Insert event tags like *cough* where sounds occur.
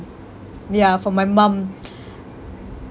ya for my mum *noise*